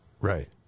Right